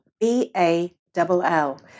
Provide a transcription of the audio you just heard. b-a-double-l